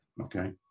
Okay